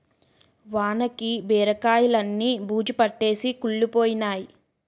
వానకి బీరకాయిలన్నీ బూజుపట్టేసి కుళ్లిపోయినై